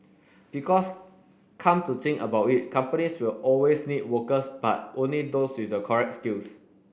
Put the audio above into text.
because come to think about it companies will always need workers but only those with the correct skills